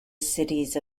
cities